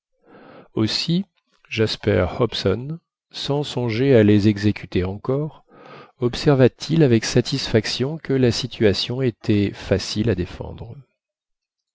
aussi jasper hobson sans songer à les exécuter encore observa-t-il avec satisfaction que la situation était facile à défendre